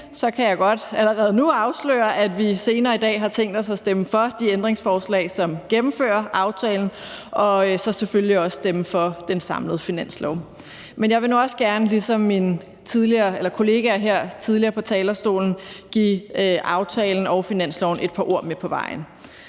kan jeg godt allerede nu afsløre, at vi senere i dag har tænkt os at stemme for de ændringsforslag, som gennemfører aftalen, og selvfølgelig også at stemme for det samlede finanslovsforslag. Men jeg vil nu også gerne, ligesom mine kollegaer tidligere gjorde det på talerstolen her, give aftalen og finanslovsforslaget et par ord med på vejen.